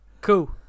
cool